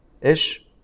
Ish